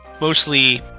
mostly